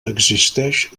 existeix